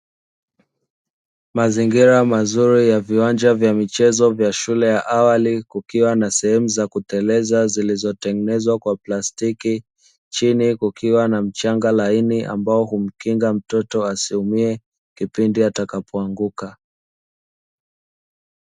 Mazingira mazuri ya viwanja vya michezo vya shule ya awali, kukiwa na sehemu za kuteleza zilizotengenezwa kwa plastiki; chini kukiwa na mchanga laini ambao humkinga mtoto asiumie kipindi atakapoanguka.